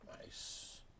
Nice